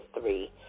three